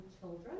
children